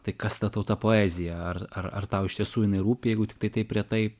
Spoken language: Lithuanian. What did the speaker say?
tai kas ta tau ta poezija ar ar tau iš tiesų jinai rūpi jeigu tiktai taip retai